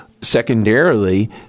Secondarily